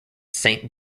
saint